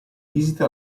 visita